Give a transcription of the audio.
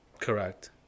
correct